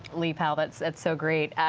lee powell, that's that's so great.